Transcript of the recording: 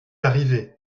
arrivé